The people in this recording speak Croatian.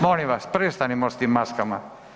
Molim vas prestanimo s tim maskama!